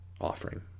offering